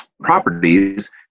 properties